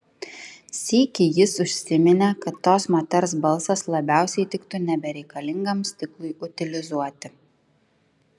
sykį jis užsiminė kad tos moters balsas labiausiai tiktų nebereikalingam stiklui utilizuoti